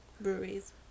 Breweries